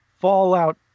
fallout